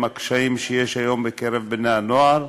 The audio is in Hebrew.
עם הקשיים שיש היום בקרב בני-הנוער.